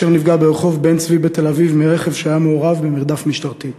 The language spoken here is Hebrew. אשר נפגע ברחוב בן-צבי בתל-אביב מרכב שהיה מעורב במרדף משטרתי.